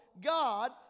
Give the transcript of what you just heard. God